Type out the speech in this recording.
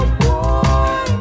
boy